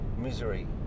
misery